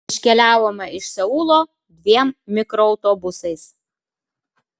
iškeliavome iš seulo dviem mikroautobusais